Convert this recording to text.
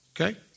Okay